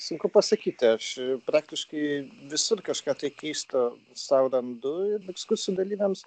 sunku pasakyti ar praktiškai visur kažką tai keisto sau randu ir ekskursijų dalyviams